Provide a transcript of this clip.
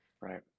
Right